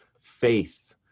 faith